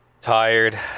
Tired